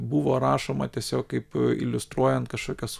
buvo rašoma tiesiog kaip iliustruojant kažkokias